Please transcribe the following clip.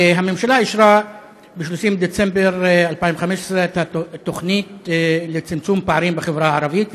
הממשלה אישרה ב-30 בדצמבר 2015 את התוכנית לצמצום פערים בחברה הערבית,